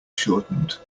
shortened